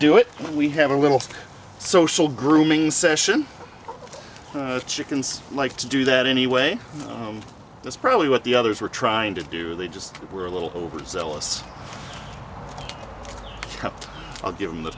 when we have a little social grooming session chickens like to do that anyway and that's probably what the others were trying to do they just were a little overzealous i'll give him the